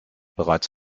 bereits